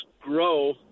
grow